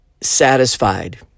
satisfied